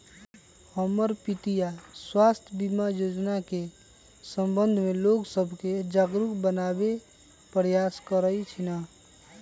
हमर पितीया स्वास्थ्य बीमा जोजना के संबंध में लोग सभके जागरूक बनाबे प्रयास करइ छिन्ह